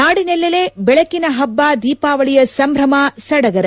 ನಾಡಿನೆಲ್ಲೆಡೆ ಬೆಳಕಿನ ಹಬ್ಲ ದೀಪಾವಳಿಯ ಸಂಭ್ರಮ ಸಡಗರ